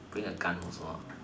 bring a gun also ah